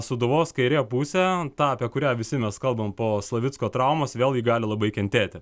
sūduvos kairė pusė ta apie kurią visi mes kalbam po slavicko traumos vėlgi gali labai kentėti